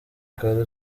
kare